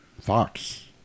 Fox